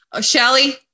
Shelly